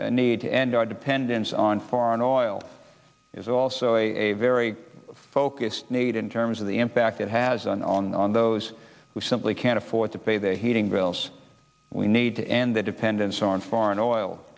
need to end our dependence on foreign oil is also a very focused need in terms of the impact it has on on on those who simply can't afford to pay their heating bills we need to end the dependence on foreign oil